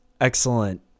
excellent